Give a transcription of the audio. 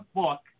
book